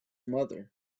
mother